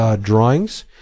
drawings